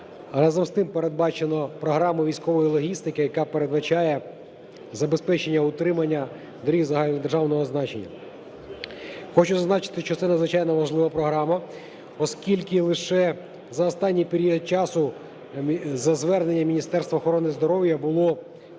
Разом із тим, передбачено програму військової логістики, яка передбачає забезпечення утримання доріг загальнодержавного значення. Хочу зазначити, що це надзвичайно важлива програма, оскільки лише за останній період часу за зверненням Міністерства охорони здоров'я було